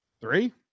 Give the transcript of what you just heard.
three